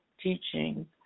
teaching